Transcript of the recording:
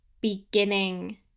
beginning